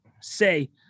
say